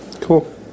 Cool